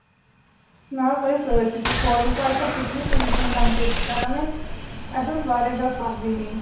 نہ حظ تۄہہِ حظ سٲرسٕے چھُ کھولمُت تۄہہِ کَتھ چھُو تُہۍ نَے کُنی چھِو نہٕ کَنسیشن کران اَسہِ اسہِ اوس واریاہ زیادٕ سَبزۍ نِنۍ